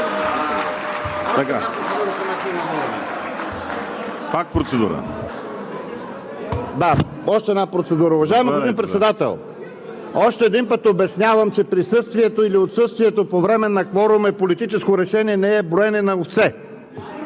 Още една процедура. Уважаеми господин Председател, още един път обяснявам, че присъствието или отсъствието по време на кворум е политическо решение – не е броене на овце!